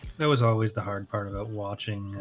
that was always the hard part about watching